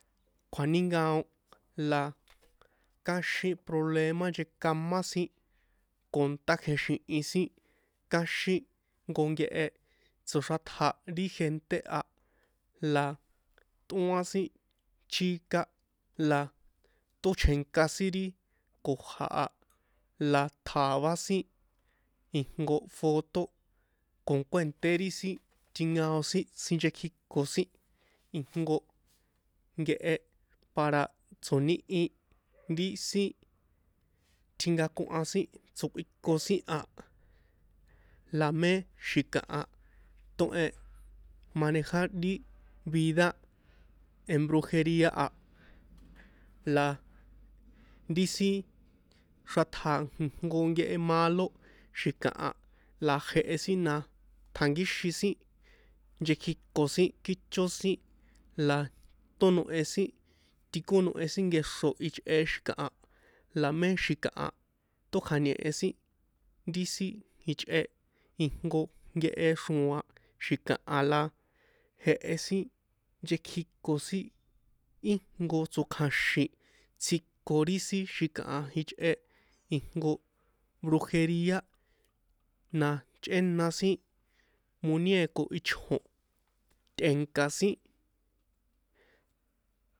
Kjuanínkaon la kăxin problema nchakamá sin con tákjexi̱hin sin káxin jnko nkehe tsoxrátja ri gente a la tꞌóan sin chika la tóchjenka sin ri ko̱ja̱ a la tja̱vá sin ijnko foto con kuènté ri sin tjinkaon sin tsjinchekjíko sin ijnko nkehe para tso̱níhi ri sin tjinkakohan sin tsokꞌuikon sin a la mé xi̱kaha tóhen manejar ri vida en brujeria a la ri sin xrátja jnko nkehe malo xi̱kaha la jehe sin na tjankíxin sin nchekjiko kícho sin la tónohe sin tikónohe sin nkexro ichꞌe xi̱kaha la mé xi̱kaha tókja̱ñehe sin ti sin ichꞌe ijnko nkehe xro̱a̱n xi̱kaha la jehe sin nchekjíko sin íjnko tso̱kja̱xin tsjíko ri sin xi̱kaha ichꞌe ijnko brujeria na chꞌéna sin muñeko ichjo̱n tꞌe̱nka̱ sin.